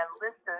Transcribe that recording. listen